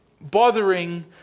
bothering